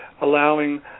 allowing